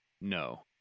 No